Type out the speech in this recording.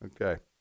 Okay